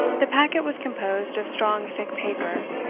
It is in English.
the packet was composed of strong thick paper,